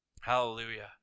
Hallelujah